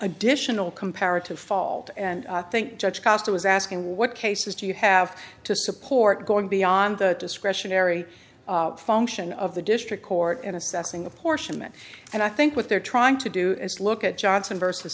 additional comparative fault and i think judge cost was asking what cases do you have to support going beyond the discretionary function of the district court in assessing apportionment and i think what they're trying to do is look at johnson versus